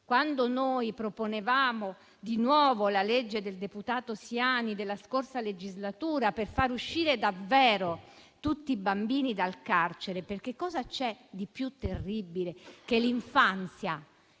quando noi proponevamo di nuovo la proposta di legge del deputato Siani della scorsa legislatura, per far uscire davvero tutti i bambini dal carcere. Cosa c'è di più terribile che l'infanzia,